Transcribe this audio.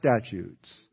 statutes